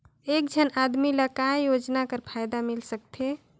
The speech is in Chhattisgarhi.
एक झन आदमी ला काय योजना कर फायदा मिल सकथे?